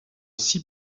six